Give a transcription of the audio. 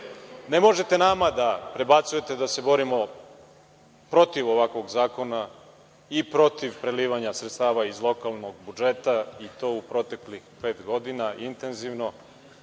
Ne možete nama da prebacujete da se borimo protiv ovakvog zakona i protiv prelivanja sredstava iz lokalnog budžeta, i to u proteklih pet godina intenzivno,